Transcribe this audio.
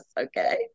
Okay